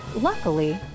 Luckily